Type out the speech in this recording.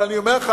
אבל אני אומר לך,